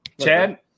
Chad